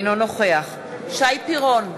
אינו נוכח שי פירון,